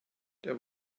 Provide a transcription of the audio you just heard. there